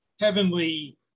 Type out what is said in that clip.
heavenly